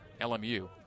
LMU